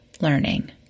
learning